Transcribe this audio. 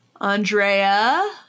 Andrea